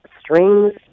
strings